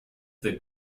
the